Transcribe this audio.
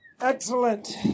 Excellent